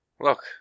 look